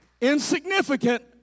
insignificant